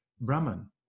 Brahman